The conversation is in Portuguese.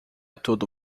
tudo